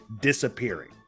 disappearing